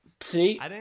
See